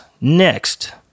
next